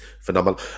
phenomenal